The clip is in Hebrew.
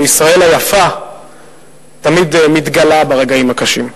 שישראל היפה תמיד מתגלה ברגעים הקשים.